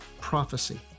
prophecy